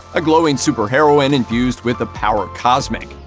a glowing super-heroine infused with the power cosmic.